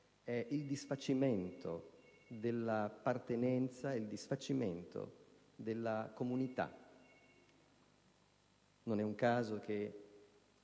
è il disfacimento dell'appartenenza, il disfacimento della comunità. Non è un caso che